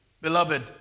Beloved